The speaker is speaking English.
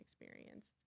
experienced